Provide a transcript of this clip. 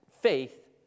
faith